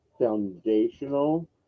foundational